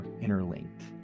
interlinked